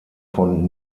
von